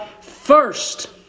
first